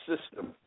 system